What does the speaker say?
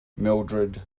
mildrid